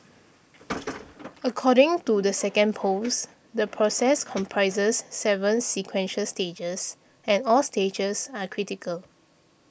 according to the second post the process comprises seven sequential stages and all stages are critical